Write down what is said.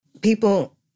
people